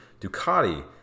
Ducati